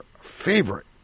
favorite